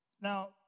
Now